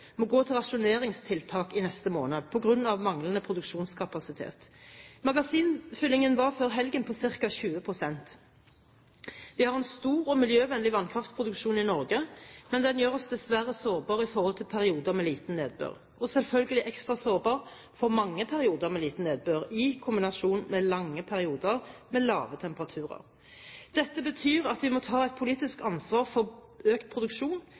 må gå til rasjoneringstiltak i neste måned på grunn av manglende produksjonskapasitet. Magasinfyllingen var før helgen på ca. 20 pst. Vi har en stor og miljøvennlig vannkraftproduksjon i Norge, men den gjør oss dessverre sårbare for perioder med lite nedbør – og selvfølgelig ekstra sårbar for mange perioder med lite nedbør i kombinasjon med lange perioder med lave temperaturer. Dette betyr at vi må ta et politisk ansvar for økt produksjon,